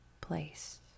place